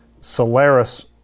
Solaris